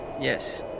Yes